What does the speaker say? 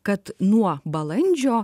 kad nuo balandžio